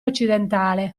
occidentale